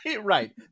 Right